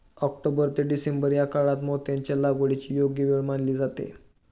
October ते December या काळात मोत्यांच्या लागवडीची योग्य वेळ मानली जाते